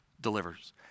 delivers